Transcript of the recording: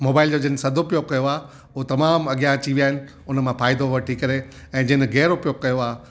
mobile जो जिन सदुपयोगु कयो आहे हो तमामु अॻियां अची विया आहिनि उन मां फ़ाइदो वठी करे ऐं जिन गैर उपयोगु कयो आहे